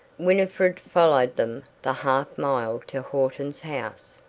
winifred followed them the half-mile to horton's house.